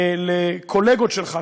לקולגות שלך,